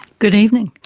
good evening.